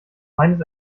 meines